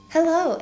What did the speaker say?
Hello